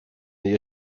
the